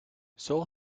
seoul